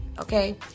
Okay